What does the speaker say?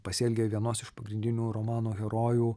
pasielgė vienos iš pagrindinių romano herojų